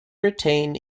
retain